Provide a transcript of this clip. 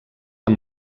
amb